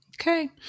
Okay